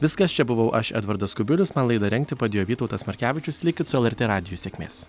viskas čia buvau aš edvardas kubilius man laidą rengti padėjo vytautas markevičius likit su lrt radiju sėkmės